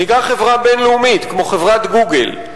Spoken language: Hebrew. ניקח חברה בין-לאומית כמו חברת "גוגל",